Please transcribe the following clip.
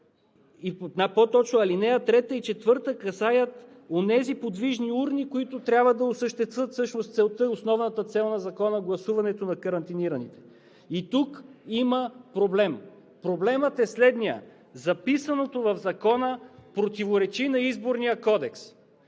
2 и по-точно алинеи 3 и 4 касаят онези подвижни урни, които трябва всъщност да осъществят основната цел на Закона – гласуването на карантинираните. И тук има проблем! Проблемът е следният: записаното в Закона противоречи на Изборния кодекс.